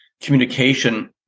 communication